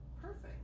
perfect